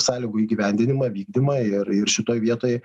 sąlygų įgyvendinimą vykdymą ir ir šitoj vietoj